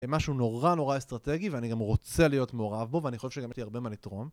זה משהו נורא נורא אסטרטגי ואני גם רוצה להיות מעורב בו ואני חושב שגם יש לי הרבה מה לתרום